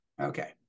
Okay